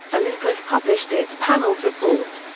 olympus published its panel's report.